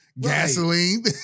gasoline